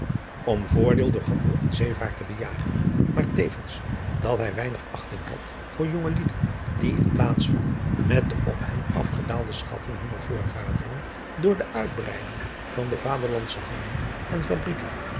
om voordeel door handel en zeevaart te bejagen maar tevens dat hij weinig achting had voor jongelieden die in plaats van met de op hen afgedaalde schatten hunner voorvaderen door de uitbreiding van den vaderlandschen handel en fabrijken